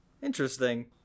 Interesting